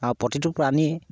আৰু প্ৰতিটো প্ৰাণীয়ে